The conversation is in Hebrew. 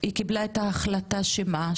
היא קיבלה את ההחלטה שמה,